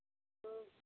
ம்